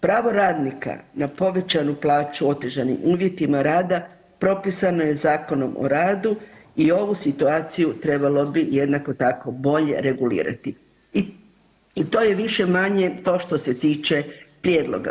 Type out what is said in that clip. Pravo radnika na povećanu plaću u otežanim uvjetima rada propisano je Zakonom o radu i ovu situaciju trebalo bi jednako tako bolje regulirati i to je više-manje to što se tiče prijedloga.